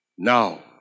Now